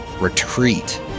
retreat